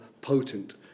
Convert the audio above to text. potent